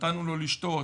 נתנו לו לשתות,